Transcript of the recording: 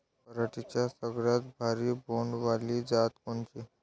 पराटीची सगळ्यात भारी बोंड वाली जात कोनची?